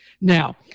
now